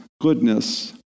goodness